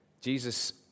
Jesus